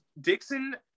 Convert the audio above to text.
Dixon